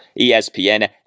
ESPN